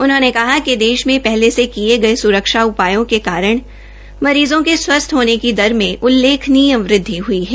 उन्होंने कहा कि देश में पहले से फिर किये ये सुरक्षा उपायों के कारण मरीज़ों के स्वस्थ होने की दर मे उल्लेखनीय वृद्वि हुई है